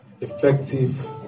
effective